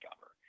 cover